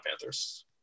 Panthers